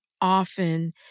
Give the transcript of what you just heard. often